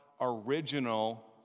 original